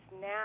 now